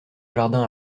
jardin